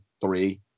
three